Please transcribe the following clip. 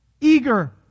eager